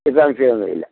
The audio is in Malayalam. ഇപ്പോൾ സംശയം ഒന്നും ഇല്ല